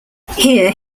here